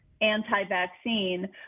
anti-vaccine